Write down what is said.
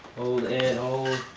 hold it um